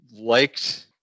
liked